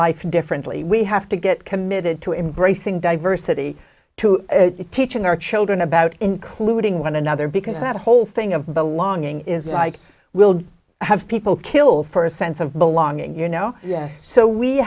life differently we have to get committed to embracing diversity to teaching our children about including one another because that whole thing of belonging is we'll have people kill for a sense of belonging you know yes so we